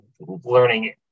learning